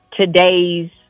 today's